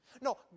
No